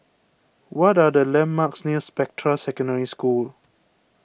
what are the landmarks near Spectra Secondary School